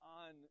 on